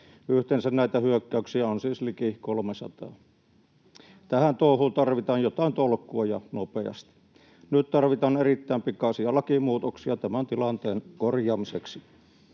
Yhteensä näitä hyökkäyksiä on siis liki 300. Tähän touhuun tarvitaan jotain tolkkua ja nopeasti. Nyt tarvitaan erittäin pikaisia lakimuutoksia tämän tilanteen korjaamiseksi.